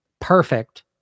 perfect